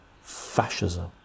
fascism